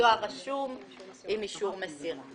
רשום עם אישור מסירה.